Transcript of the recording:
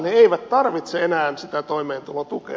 he eivät tarvitse enää sitä toimeentulotukea